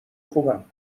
خوبم